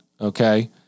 Okay